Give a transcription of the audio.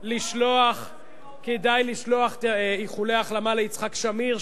לשלוח איחולי החלמה ליצחק שמיר,